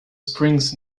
springs